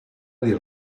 dir